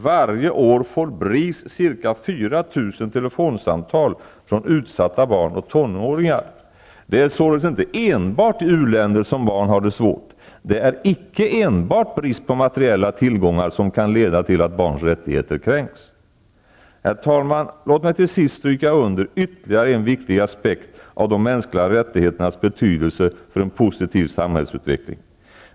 Varje år får Bris ca 4 000 telefonsamtal från utsatta barn och tonåringar. Det är således icke enbart i u-länder som barn har det svårt. Det är icke enbart brist på materiella tillgångar som kan leda till att barns rättigheter kränks. Herr talman! Låt mig till sist stryka under ytterligare en viktig aspekt av de mänskliga rättigheternas betydelse för en positiv samhällsutveckling.